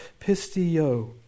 pistio